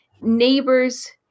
neighbors